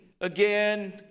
again